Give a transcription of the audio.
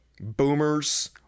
boomers